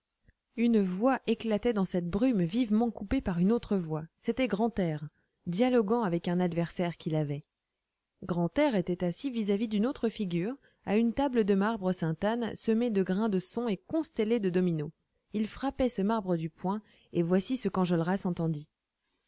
une voix éclatait dans cette brume vivement coupée par une autre voix c'était grantaire dialoguant avec un adversaire qu'il avait grantaire était assis vis-à-vis d'une autre figure à une table de marbre sainte-anne semée de grains de son et constellée de dominos il frappait ce marbre du poing et voici ce qu'enjolras entendit